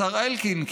השר אלקין,